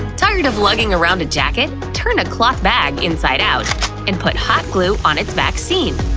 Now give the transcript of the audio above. tired of lugging around a jacket? turn a cloth bag inside out and put hot glue on its back seam.